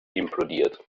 implodiert